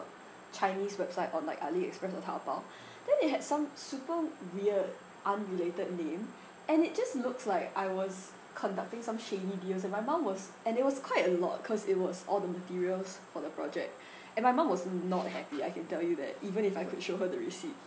chinese website on like aliexpress or taobao then it had some super weird unrelated name and it just looks like I was conducting some shady deals and my mum was and it was quite a lot cause it was all the materials for the project and my mum was not happy I can tell you that even if I could show her the receipt